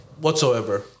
whatsoever